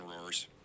Roars